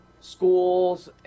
schools